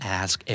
ask